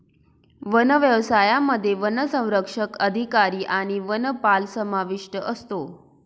one व्यवसायामध्ये वनसंरक्षक अधिकारी आणि वनपाल समाविष्ट असतो